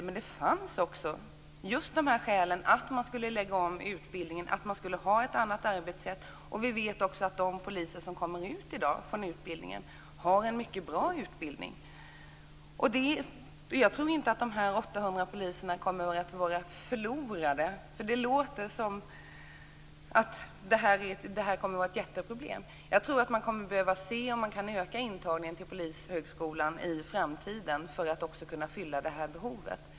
Men det fanns även just de här skälen att man skulle lägga om utbildningen, att man skulle ha ett annat arbetssätt. Vi vet också att de poliser som i dag går ut har en mycket bra utbildning. Jag tror inte att de 800 poliserna kommer att vara förlorade. Det låter som att det här kommer att vara ett jätteproblem. Jag tror att man kommer att behöva se om man kan öka intagningen till Polishögskolan i framtiden för att också kunna fylla det här behovet.